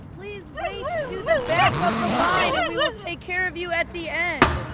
please wait to the back of the line. and we will take care of you at the end.